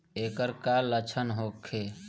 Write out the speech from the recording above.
ऐकर का लक्षण होखे?